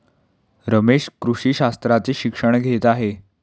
रमेश कृषी शास्त्राचे शिक्षण घेत आहे